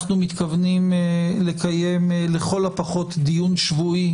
אנחנו מתכוונים לקיים לכל הפחות דיון שבועי